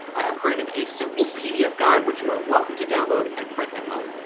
i have created a simple pdf guide which you are welcome to download and print at home.